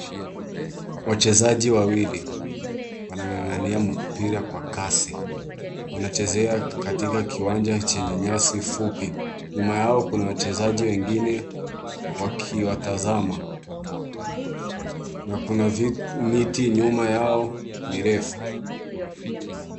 Wachezaji wawili, wanang'angania mpira kwa kasi. Wanachezea katika kiwanja chenye nyasi fupi, nyuma yao kuna wachezaji wengine wakiwatazama na kuna miti nyuma yao, mirefu.